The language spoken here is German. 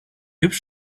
hübsch